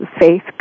faith